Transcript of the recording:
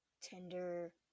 Tinder